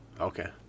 Okay